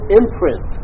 imprint